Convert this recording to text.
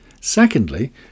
Secondly